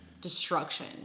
destruction